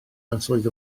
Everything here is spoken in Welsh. ynysoedd